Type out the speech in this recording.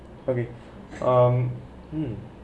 okay um mm